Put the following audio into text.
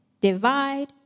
divide